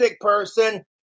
person